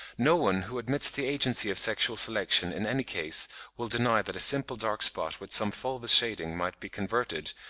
no one who admits the agency of sexual selection in any case will deny that a simple dark spot with some fulvous shading might be converted,